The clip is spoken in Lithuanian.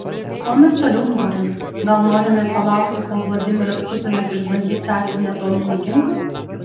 ko mes toliau norime gal norime palaukti kol vladimiras putinas išbandys taktinį atominį ginklą